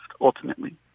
Ultimately